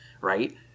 right